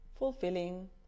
Fulfilling